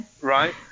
right